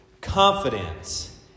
confidence